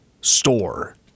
store